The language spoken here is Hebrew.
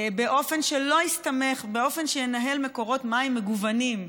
באופן שינהל מקורות מים מגוונים,